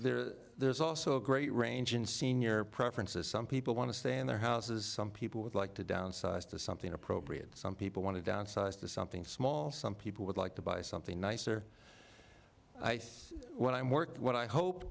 and there's also a great range in senior preferences some people want to stay in their houses some people would like to downsize to something appropriate some people want to downsize to something small some people would like to buy something nicer when i worked what i hope